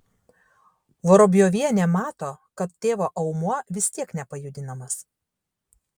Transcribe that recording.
vorobjovienė mato kad tėvo aumuo vis tiek nepajudinamas